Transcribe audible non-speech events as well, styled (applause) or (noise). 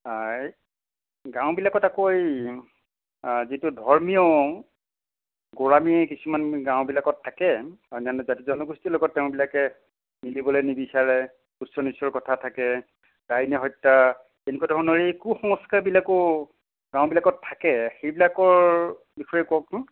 (unintelligible) গাঁওবিলাকত আকৌ এই যিটো ধৰ্মীয় গোড়ামি কিছুমান গাঁওবিলাকত থাকে অন্যান্য জাতি জনগোষ্ঠীৰ লগত তেওঁবিলাকে মিলিবলৈ নিবিচাৰে উচ্চ নীচৰ কথা থাকে ডাইনী হত্যা তেনেকুৱা ধৰণৰ এই কু সংস্কাৰবিলাকো গাঁৱবিলাকত থাকে সেইবিলাকৰ বিষয়ে কওকচোন